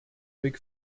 big